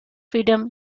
freedom